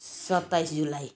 सत्ताइस जुलाई